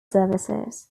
services